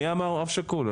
מי אמר אב שכול?